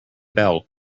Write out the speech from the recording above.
bell